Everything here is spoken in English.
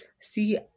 See